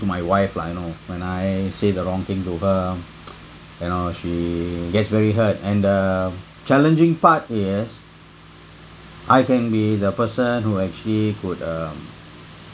to my wife lah you know when I say the wrong thing to her you know she gets very hurt and the challenging part is I can be the person who actually could um